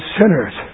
sinners